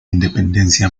independencia